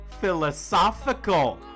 philosophical